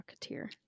rocketeer